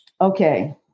okay